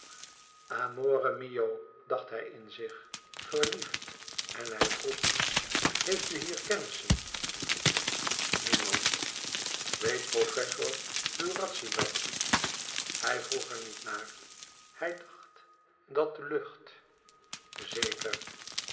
amore mio dacht hij in zich verliefd en hij vroeg heeft u hier kermissen niemand weet professor lurazzi dat hij vroeg er niet naar hij dacht dat de luetic zeker